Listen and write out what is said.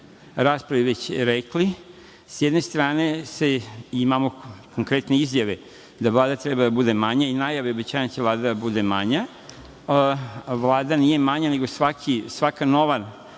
raspravi već rekli, s jedne strane imamo konkretne izjave da Vlada treba da bude manja i najave i obećanja da će Vlada da bude manja. Vlada nije manja, nego svaka nova,